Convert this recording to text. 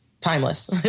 timeless